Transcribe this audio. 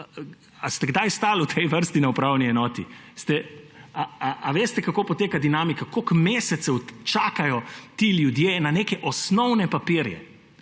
A ste kdaj stali v tej vrsti na upravni enoti? A veste, kako poteka dinamika, koliko mesecev čakajo ti ljudje na neke osnovne papirje?